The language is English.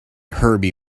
herbie